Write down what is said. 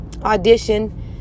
audition